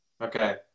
Okay